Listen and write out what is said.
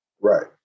right